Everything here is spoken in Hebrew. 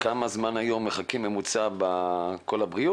אבל האם את יודעת לומר לי כמה זמן בממוצע ממתינים ל'קול הבריאות'?